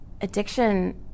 Addiction